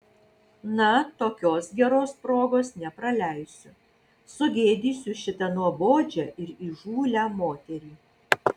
na tokios geros progos nepraleisiu sugėdysiu šitą nuobodžią ir įžūlią moterį